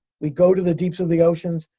we go to the deeps of the oceans,